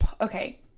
okay